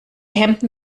hemden